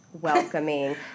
welcoming